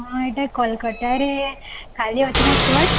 ହଁ ଏଇଟା କୋଲକାତାରେ ଖାଲି ଅଛି ନା ଷ୍ଟୋର୍